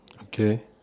okay